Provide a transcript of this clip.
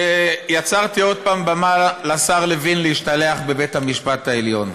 שיצרתי עוד פעם במה לשר לוין להשתלח בבית המשפט העליון.